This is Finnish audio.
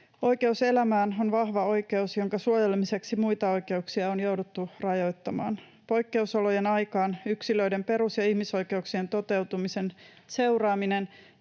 Oikeus elämään on vahva oikeus, jonka suojelemiseksi muita oikeuksia on jouduttu rajoittamaan. Poikkeusolojen aikaan yksilöiden perus‑ ja ihmisoikeuksien toteutumisen seuraaminen